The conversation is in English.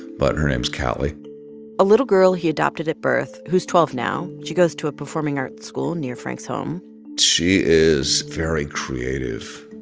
but her name's callie a little girl he adopted at birth who's twelve now. she goes to a performing arts school near frank's home she is very creative,